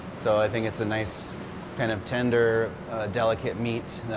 so i think it's a nice kind of tender delicate meat,